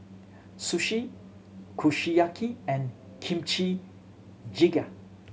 Sushi Kushiyaki and Kimchi Jjigae